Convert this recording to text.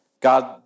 God